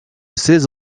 seize